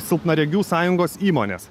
silpnaregių sąjungos įmonės